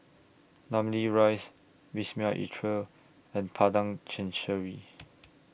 Namly Rise Wisma Atria and Padang Chancery